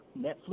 Netflix